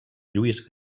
lluís